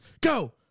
Go